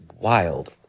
wild